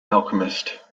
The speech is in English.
alchemist